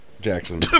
Jackson